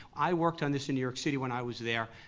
i worked on this in new york city when i was there,